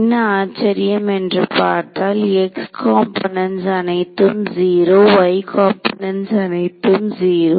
என்ன ஆச்சரியம் என்று பார்த்தால் X காம்போனென்ட்ஸ் அனைத்தும் 0 Y காம்போனென்ட்ஸ் அனைத்தும் 0